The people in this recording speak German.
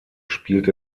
spielt